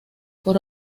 por